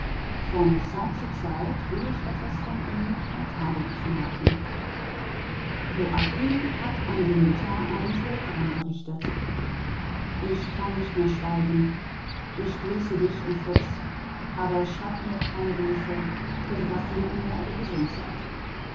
von zeit zu zeit will ich etwas von ihm im tagebuch vermerken joachim hat an die mutter ein telegramm gerichtet ich kann nicht mehr schweigen ich grüße dich und fritz aber schreibt mir keine briefe telegraphiert nur ob ihr gesund